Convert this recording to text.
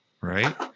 right